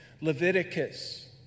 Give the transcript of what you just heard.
Leviticus